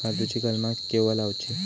काजुची कलमा केव्हा लावची?